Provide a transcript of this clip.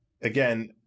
again